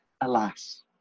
Alas